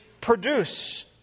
produce